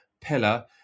pillar